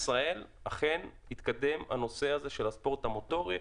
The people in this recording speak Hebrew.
ישראל אכן יתקדם הנושא של הספורט המוטורי